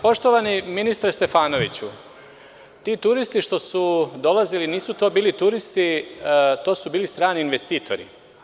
Poštovani ministre Stefanoviću, ti turisti što su dolazili, nisu to bili turisti, to su bili strani investitori.